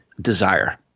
desire